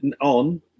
on